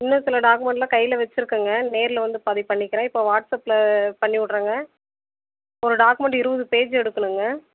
இன்னும் சில டாக்மெண்ட்லாம் கையில் வச்சிருக்கங்க நேரில் வந்து பாதி பண்ணிக்கிறேன் இப்போ வாட்ஸ்அப்பில் பண்ணி விடுறங்க ஒரு டாக்மெண்ட் இருபது பேஜ் எடுக்கணுங்க